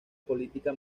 política